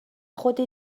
خودت